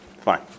Fine